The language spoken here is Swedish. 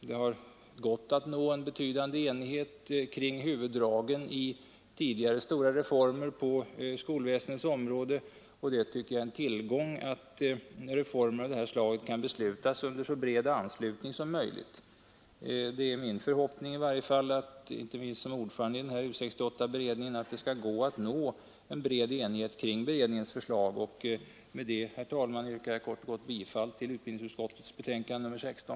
Det har gått att nå en betydande enighet kring huvuddragen i de tidigare stora reformerna inom skolväsendet. Det är, tycker jag, en tillgång att reformer av det här slaget kan beslutas under så bred anslutning som möjligt. Det är min förhoppning, inte minst som ordförande i U 68-beredningen, att det skall gå att nå en bred enighet kring beredningens förslag. Med detta, herr talman, yrkar jag kort och gott bifall till utbildningsutskottets betänkande nr 16.